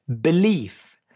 belief